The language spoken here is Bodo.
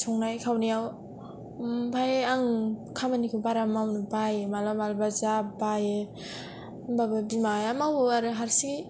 संनाय खावनायाव ओमफाय आं खामानिखौ बारा मावनो बायो मालाबा मालाबा जा बायो होनबाबो बिमाया मावो आरो हारसिङै